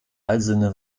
eisene